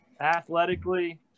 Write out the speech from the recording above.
athletically